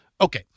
Okay